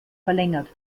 verlängert